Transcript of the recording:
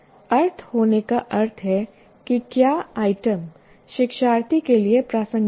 अर्थ होने का अर्थ है कि क्या आइटम शिक्षार्थी के लिए प्रासंगिक हैं